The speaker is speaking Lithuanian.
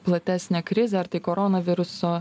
platesnė krizė ar tai koronaviruso